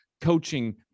coaching